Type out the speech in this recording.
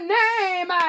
name